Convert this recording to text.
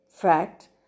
fact